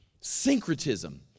syncretism